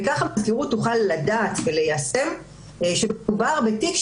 וכך המזכירות תוכל לדעת ליישם שמדובר בתיק,